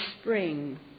spring